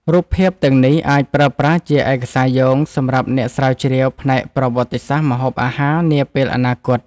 រូបភាពទាំងនេះអាចប្រើប្រាស់ជាឯកសារយោងសម្រាប់អ្នកស្រាវជ្រាវផ្នែកប្រវត្តិសាស្ត្រម្ហូបអាហារនាពេលអនាគត។